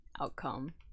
outcome